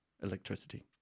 electricity